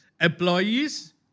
employees